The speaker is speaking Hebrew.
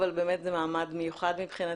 אבל זה באמת מעמד מיוחד מבחינתי.